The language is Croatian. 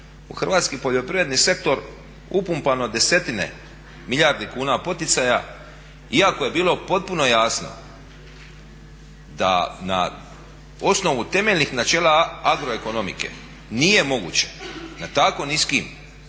u hrvatski poljoprivredni sektor upumpano desetine milijardi kuna poticaja iako je bilo potpuno jasno da na osnovu temeljnih načela agroekonomike nije moguće na tako niskim